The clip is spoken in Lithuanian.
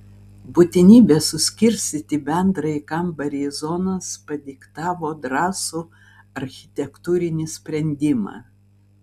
būtinybė suskirstyti bendrąjį kambarį į zonas padiktavo drąsų architektūrinį sprendimą